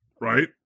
right